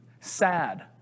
sad